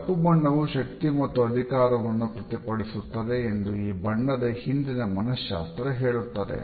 ಕಪ್ಪುಬಣ್ಣವು ಶಕ್ತಿ ಮತ್ತು ಅಧಿಕಾರವನ್ನು ಪ್ರತಿಫಲಿಸುತ್ತದೆ ಎಂದು ಈ ಬಣ್ಣದ ಹಿಂದಿನ ಮನಶ್ಶಾಸ್ತ್ರ ಹೇಳುತ್ತದೆ